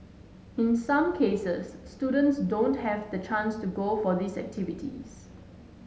in some cases students don't have the chance to go for these activities